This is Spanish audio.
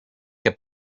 que